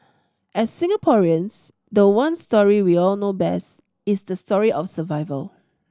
as Singaporeans the one story we all know best is the story of survival